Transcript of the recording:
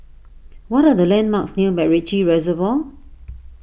what are the landmarks near MacRitchie Reservoir